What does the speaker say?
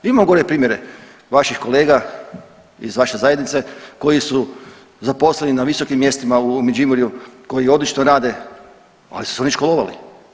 Imamo gore primjere vaših kolega iz vaše zajednice koji su zaposleni na visokim mjestima u Međimurju koji odlično rade, ali su se oni školovali.